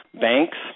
Banks